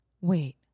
Wait